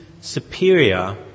superior